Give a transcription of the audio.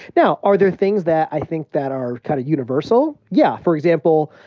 now, are there things that i think that are kind of universal? yeah. for example,